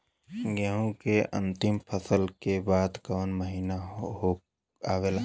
गेहूँ के अंतिम फसल के बाद कवन महीना आवेला?